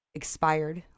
expired